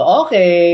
okay